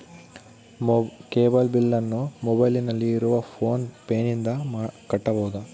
Cable ಬಿಲ್ಲನ್ನು ಮೊಬೈಲಿನಲ್ಲಿ ಇರುವ ಫೋನ್ ಪೇನಿಂದ ಕಟ್ಟಬಹುದಾ?